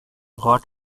what